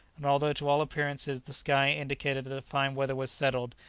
and although to all appearances the sky indicated that the fine weather was settled,